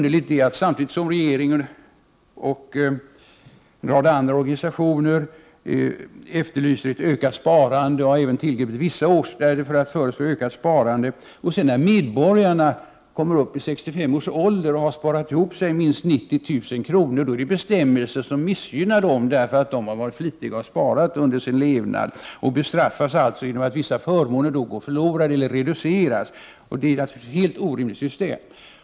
Regeringen och en rad organisationer efterlyser en ökning av sparandet och har även vidtagit vissa åtgärder med detta syfte. Då är det mycket underligt, att det när medborgarna uppnått 65-årsåldern och sparat ihop t.ex. minst 90 000 kr., skall finnas bestämmelser som missgynnar dem, personer som har varit flitiga och sparat under sin levnad. De bestraffas alltså genom att vissa förmåner går förlorade eller reduceras. Det är naturligtvis ett helt orimligt system.